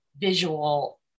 visual